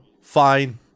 fine